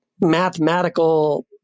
mathematical